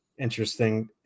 interesting